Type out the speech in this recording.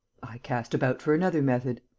i cast about for another method.